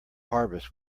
harvest